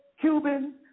Cubans